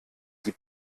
die